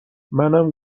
منم